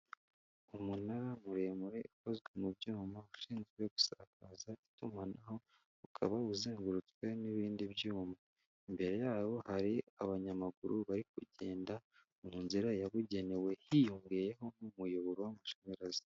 Umunara muremure ukozwe mu byuma, ushinzwe gusakaza itumanaho, ukaba uzengurutswe n'ibindi byuma. Imbere yawo hari abanyamaguru bari kugenda mu nzira yabugenewe, hiyongeyeho n'umuyoboro w'amashanyarazi.